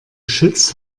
schütz